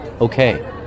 Okay